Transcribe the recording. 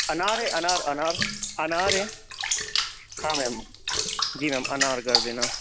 अनार है अनार अनार अनार है हाँ मैम जी मैम अनार कर देना